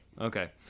Okay